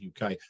UK